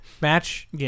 match